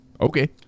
okay